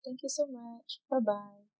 thank you so much bye bye